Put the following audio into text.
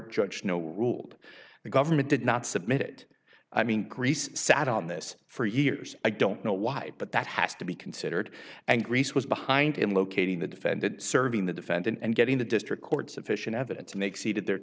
judge no ruled the government did not submit it i mean greece sat on this for years i don't know why but that has to be considered and greece was behind in locating the defendant serving the defendant and getting the district court sufficient evidence to make seated their